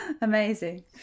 Amazing